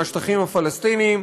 מהשטחים הפלסטיניים.